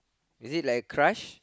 is it like a crush